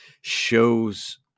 shows